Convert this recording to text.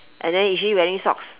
and then is she wearing socks